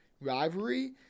rivalry